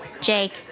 Jake